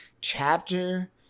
chapter